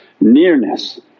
nearness